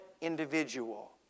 individual